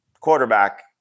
quarterback